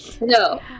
No